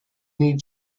need